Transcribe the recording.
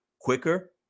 quicker